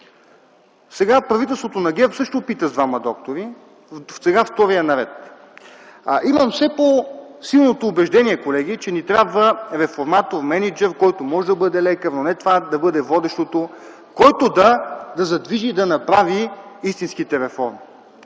Сега правителството на ГЕРБ също опита с двама доктори, сега е на ред вторият. Имам все по-силното убеждение, колеги, че ни трябва реформатор-мениджър, който може да бъде лекар, но не това да бъде водещото, което да задвижи, да направи истинските реформи.